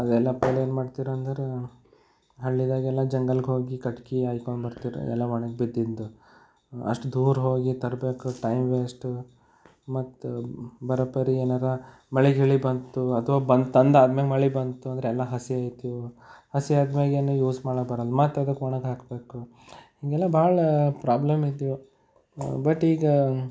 ಅದೆಲ್ಲ ಪೆಹ್ಲೆ ಏನು ಮಾಡ್ತೀರೆಂದ್ರೆ ಹಳ್ಳಿದಾಗೆಲ್ಲ ಜಂಗಲ್ಗೆ ಹೋಗಿ ಕಟ್ಗೆ ಆಯ್ಕೊಂಡು ಬರ್ತಿದ್ದರು ಎಲ್ಲ ಒಣಗಿ ಬಿದ್ದಿದ್ದು ಅಷ್ಟು ದೂರ ಹೋಗಿ ತರಬೇಕು ಟೈಮ್ ವೇಸ್ಟ್ ಮತ್ತು ಬರೋಬ್ಬರಿ ಏನಾದ್ರು ಮಳೆ ಗಿಳಿ ಬಂತು ಅಥವಾ ಬಂದು ತಂದಾದ ಮ್ಯಾಗ ಮಳೆ ಬಂತು ಅಂದ್ರೆ ಎಲ್ಲ ಹಸಿ ಆಯಿತು ಹಸಿ ಆದ್ಮ್ಯಾಗೆ ಏನು ಯೂಸ್ ಮಾಡೋಕೆ ಬರಲ್ಲ ಮತ್ತು ಅದಕ್ಕೆ ಒಣಗಿ ಹಾಕಬೇಕು ಹೀಗೆಲ್ಲ ಭಾಳ ಪ್ರಾಬ್ಲಮ್ ಇದ್ದವು ಬಟ್ ಈಗ